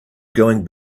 going